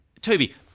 Toby